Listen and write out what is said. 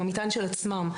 עם המטען של עצמם,